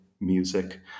music